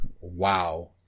Wow